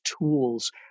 tools